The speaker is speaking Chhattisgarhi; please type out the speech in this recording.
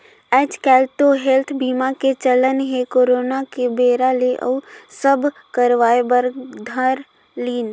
आएज काएल तो हेल्थ बीमा के चलन हे करोना के बेरा ले अउ सब करवाय बर धर लिन